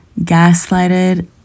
gaslighted